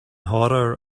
horror